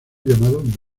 llamado